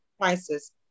prices